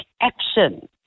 action